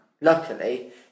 luckily